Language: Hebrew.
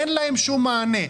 אין להן שום מענה.